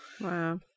wow